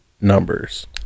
numbers